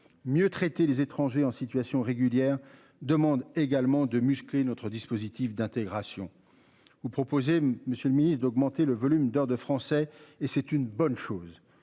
Mieux traiter les étrangers en situation régulière demande également de muscler notre dispositif d'intégration. Ou proposer. Monsieur le Ministre, d'augmenter le volume d'heures de français et c'est une bonne chose.